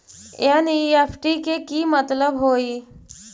NEFT के कि मतलब होइ?